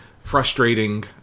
frustrating